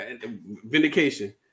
Vindication